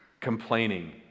complaining